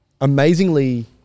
amazingly